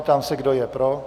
Ptám se, kdo je pro?